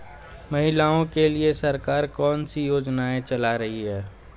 महिलाओं के लिए सरकार कौन सी योजनाएं चला रही है?